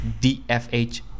DFH